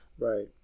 Right